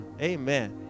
Amen